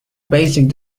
basic